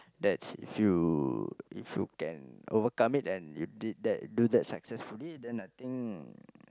that's if you if you can overcome it and you did that do that successfully then I think